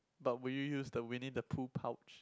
but will you use the Winnie-the-Pooh pouch